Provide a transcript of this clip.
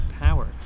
power